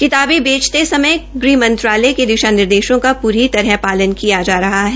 किताबें बेचते समय गृह मंत्रालय के दिशा निर्देशों का प्री तरह पालन किया जा रहा है